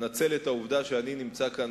אנצל את העובדה שאני נמצא כאן,